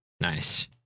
Nice